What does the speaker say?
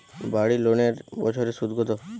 বাড়ি লোনের বছরে সুদ কত?